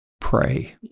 pray